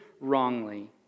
wrongly